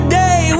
day